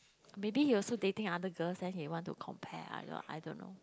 maybe he also dating other girls eh he want to compare I don't I don't know